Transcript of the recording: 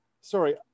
sorry